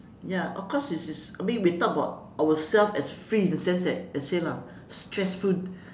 ya of course it is is I meant we talk about ourselves as free in the sense that I say lah stressful